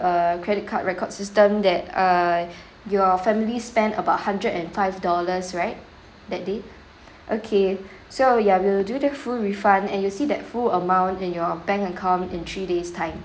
uh credit card record system that err your family spent about hundred and five dollars right that day okay so ya we'll do the full refund and you'll see that full amount in your bank account in three days' time